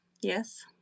Yes